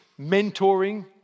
mentoring